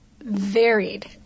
varied